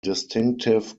distinctive